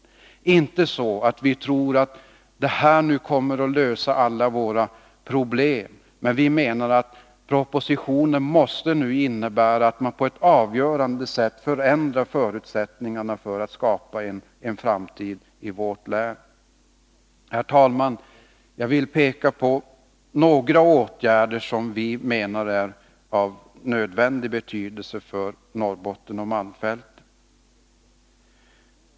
Det är inte så att vi tror att den kommer att lösa alla våra problem, men vi menar att propositionen skall ge oss avgörande förutsättningar att skapa en framtid i vårt län. Herr talman! Jag vill peka på några åtgärder som vi menar är nödvändiga för Norrbotten och malmfälten.